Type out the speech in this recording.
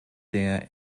der